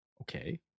okay